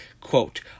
Quote